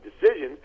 decisions